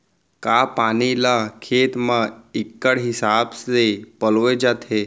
का पानी ला खेत म इक्कड़ हिसाब से पलोय जाथे?